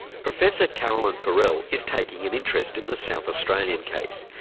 professor caroline forell is taking an interest in the south australian case.